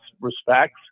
respects